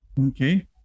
Okay